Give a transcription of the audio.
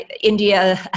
India